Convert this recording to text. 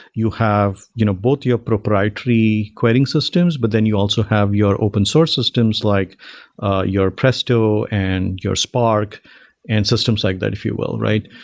you have you know both your proprietary querying systems, but then you also have your open source systems, like your presto and your spark and systems like that, if you will, right?